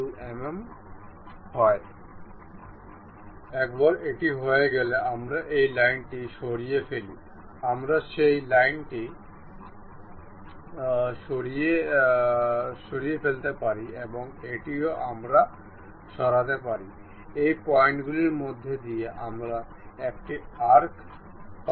আমরা এখানে দেখতে পাব যে এই মেট নির্বাচনের একটি উইন্ডো রয়েছে ছোট উইন্ডোটিতে আমাদের ক্লিক করতে হবে এবং আমরা যে মুখগুলি করতে চাই তা নির্বাচন করতে হবে